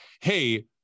hey